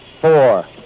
four